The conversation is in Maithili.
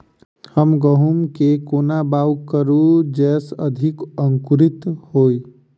हम गहूम केँ कोना कऽ बाउग करू जयस अधिक अंकुरित होइ?